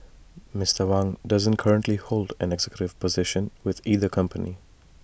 Mister Wang doesn't currently hold an executive position with either company